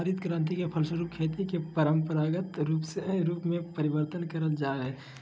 हरित क्रान्ति के फलस्वरूप खेती के परम्परागत स्वरूप में परिवर्तन करल जा हइ